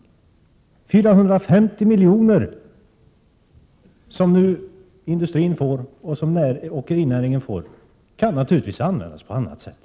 De 450 milj.kr. som industrin och åkerinäringen nu får kan naturligtvis användas på annat sätt.